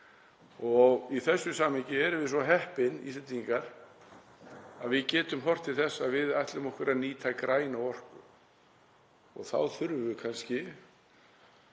Í þessu samhengi erum við svo heppin, Íslendingar, að við getum horft til þess að við ætlum okkur að nýta græna orku og þá þurfum við kannski,